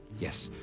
yes,